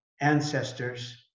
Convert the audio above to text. ancestors